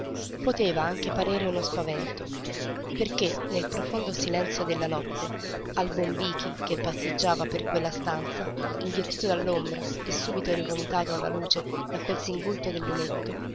poteva anche parere uno spavento perché nel profondo silenzio della notte al bombichi che passeggiava per quella stanza inghiottito dall'ombra e subito rivomitato alla luce da quel singulto del lumetto